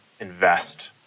invest